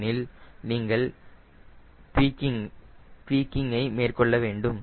எனில் நீங்கள் ட்வீகிங்கை மேற்கொள்ள வேண்டும்